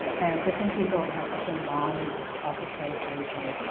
and different people have different logics of association,